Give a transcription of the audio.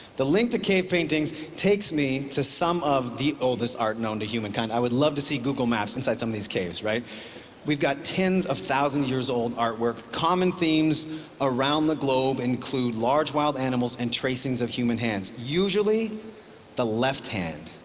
the link to cave paintings takes me to some of the oldest art known to humankind. i would love to see google maps inside some of these caves. we've got tens-of-thousands-years-old artwork. common themes around the globe include large wild animals and tracings of human hands, usually the left hand.